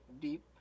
deep